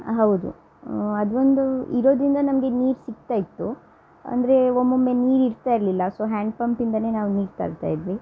ಹೌದು ಅದು ಒಂದೂ ಇರೋದರಿಂದ ನಮಗೆ ನೀರು ಸಿಗ್ತಾಯಿತ್ತು ಅಂದರೆ ಒಮ್ಮೊಮ್ಮೆ ನೀರು ಇರ್ತಾ ಇರಲಿಲ್ಲ ಸೊ ಹ್ಯಾಂಡ್ ಪಂಪಿಂದಾ ನಾನು ನೀರು ತರ್ತಾಯಿದ್ವಿ